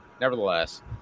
nevertheless